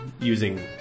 using